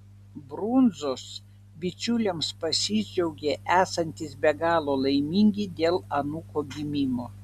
brundzos bičiuliams pasidžiaugė esantys be galo laimingi dėl anūko gimimo